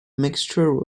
mixture